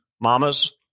Mamas